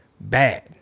Bad